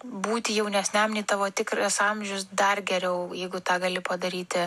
būti jaunesniam nei tavo tikras amžius dar geriau jeigu tą gali padaryti